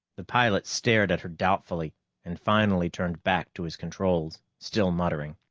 the pilot stared at her doubtfully and finally turned back to his controls, still muttering.